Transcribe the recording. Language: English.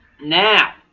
Now